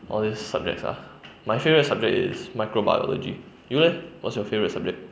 all this subject ah my favourite subject is micro biology you leh what's your favourite subject